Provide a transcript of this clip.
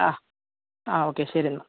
ആ ആ ഓക്കെ ശരി എന്നാൽ